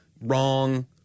wrong